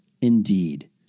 indeed